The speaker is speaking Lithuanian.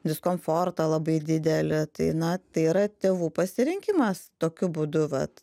diskomfortą labai didelį tai na tai yra tėvų pasirinkimas tokiu būdu vat